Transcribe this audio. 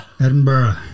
Edinburgh